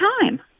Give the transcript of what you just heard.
time